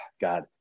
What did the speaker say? God